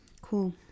Cool